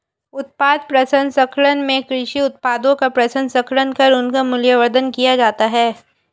उत्पाद प्रसंस्करण में कृषि उत्पादों का प्रसंस्करण कर उनका मूल्यवर्धन किया जाता है